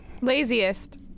laziest